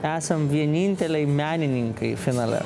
esam vieninteliai menininkai finale